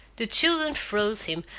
the children froze him,